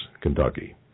Kentucky